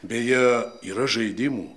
beje yra žaidimų